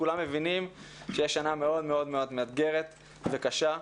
כולם מבינים שתהיה שנה מאוד מאוד מאתגרת וקשה.